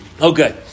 Okay